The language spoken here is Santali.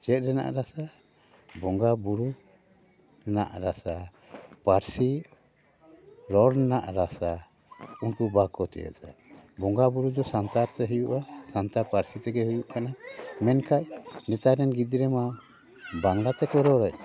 ᱪᱮᱫ ᱨᱮᱱᱟᱜ ᱨᱟᱥᱟ ᱵᱚᱸᱜᱟ ᱵᱩᱨᱩ ᱨᱮᱱᱟᱜ ᱨᱟᱥᱟ ᱯᱟᱹᱨᱥᱤ ᱨᱚᱲ ᱨᱮᱱᱟᱜ ᱨᱟᱥᱟ ᱩᱱᱠᱩ ᱵᱟᱠᱚ ᱵᱚᱸᱜᱟ ᱵᱩᱨᱩ ᱫᱚ ᱥᱟᱱᱛᱟᱲ ᱛᱮ ᱦᱩᱭᱩᱜᱼᱟ ᱥᱟᱱᱛᱟᱲ ᱯᱟᱹᱨᱥᱤ ᱛᱮᱜᱮ ᱦᱩᱭᱩᱜ ᱠᱟᱱᱟ ᱢᱮᱱᱠᱷᱟᱱ ᱱᱮᱛᱟᱨ ᱨᱮᱱ ᱜᱤᱫᱽᱨᱟᱹ ᱢᱟ ᱵᱟᱝᱞᱟ ᱛᱮᱠᱚ ᱨᱚᱲᱮᱫ